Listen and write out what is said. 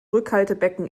rückhaltebecken